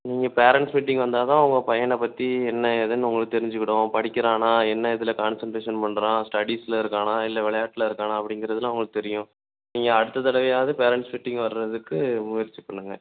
நீங்கள் parents meeting வந்தால் தான் உங்கள் பையனை பற்றி என்ன ஏதுன்னு உங்களுக்கு தெரிஞ்சுக்கிடும் அவன் படிக்கிறானா என்ன இதில் கான்சண்ட்ரேஷன் பண்ணுறான் ஸ்டடீஸில் இருக்கானா இல்லை விளையாட்டில் இருக்கானா அப்படிங்கிறதுலாம் உங்களுக்கு தெரியும் நீங்கள் அடுத்த தடவையாவது பேரன்ட்ஸ் மீட்டிங் வர்றதுக்கு முயற்சி பண்ணுங்கள்